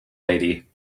lady